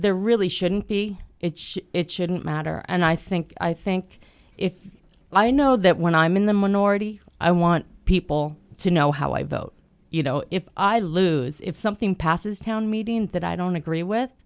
there really shouldn't be it it shouldn't matter and i think i think if i know that when i'm in the minority i want people to know how i vote you know if i lose if something passes town meeting that i don't agree with